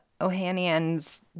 Ohanian's